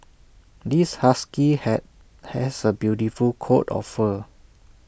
this husky had has A beautiful coat of fur